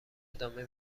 ادامه